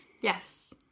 Yes